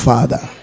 Father